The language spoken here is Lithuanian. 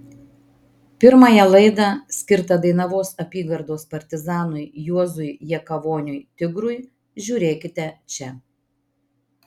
pirmąją laidą skirtą dainavos apygardos partizanui juozui jakavoniui tigrui žiūrėkite čia